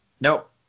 Nope